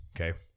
Okay